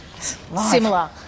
similar